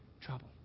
trouble